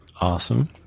Awesome